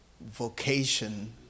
vocation